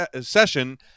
session